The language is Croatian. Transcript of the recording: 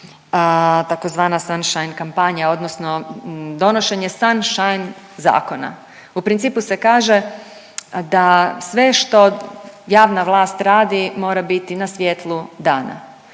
tzv. sun shine kampanja odnosno donošenje sun shine zakona. U principu se kaže da sve što javna vlast radi mora biti na svjetlu dana,